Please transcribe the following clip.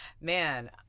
Man